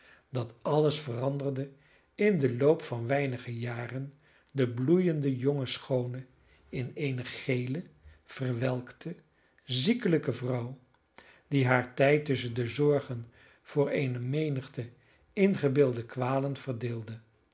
naliet dat alles veranderde in den loop van weinige jaren de bloeiende jonge schoone in eene gele verwelkte ziekelijke vrouw die haar tijd tusschen de zorgen voor eene menigte ingebeelde kwalen verdeelde